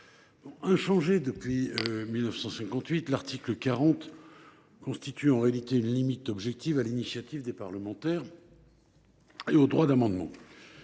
Inchangé depuis 1958, l’article 40 de la Constitution constitue une limite objective à l’initiative des parlementaires et au droit d’amendement.